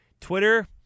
Twitter